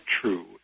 true